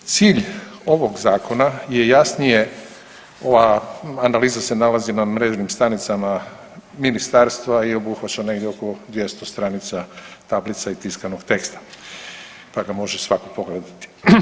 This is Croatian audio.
Cilj ovog zakona je jasnije, ova analiza se nalazi na mrežnim stranicama ministarstva i obuhvaća negdje oko 200 stranica tablica i tiskanog teksta, pa ga može svako pogledati.